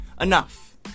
enough